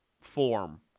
form